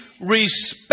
respect